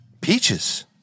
Peaches